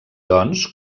doncs